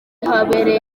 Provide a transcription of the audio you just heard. habereye